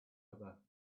other